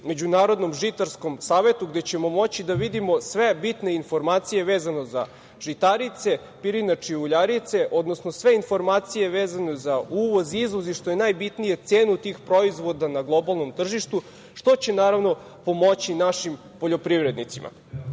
Međunarodnom žitarskom savetu, gde ćemo moći da vidimo sve bitne informacije vezano za žitarice, pirinač i uljarice, odnosno sve informacije vezane za uvoz, izvoz i, što je najbitnije, cenu tih proizvoda na globalnom tržištu, što će, naravno, pomoći našim poljoprivrednicima. Ovi